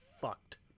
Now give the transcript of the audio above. fucked